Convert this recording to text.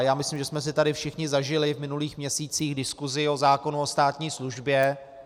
Já myslím, že jsme si tady všichni zažili v minulých měsících diskusi o zákonu o státní službě.